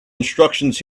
instructions